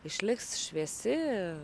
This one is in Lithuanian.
išliks šviesi